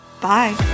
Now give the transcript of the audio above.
Bye